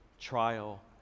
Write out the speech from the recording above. trial